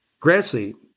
Grassley